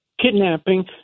kidnapping